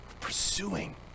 pursuing